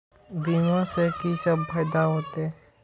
बीमा से की सब फायदा होते?